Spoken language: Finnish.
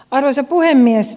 arvoisa puhemies